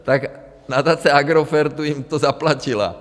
Tak nadace Agrofertu jim to zaplatila.